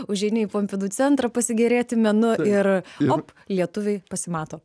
užeini į pompidu centrą pasigėrėti menu ir op lietuviai pasimato